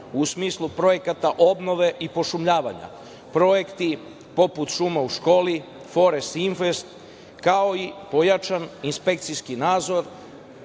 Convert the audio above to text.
u smislu projekata obnove i pošumljavanja. Projekti poput šuma u školi, „Forest Invest“, kao i pojačan inspekcijski nadzor,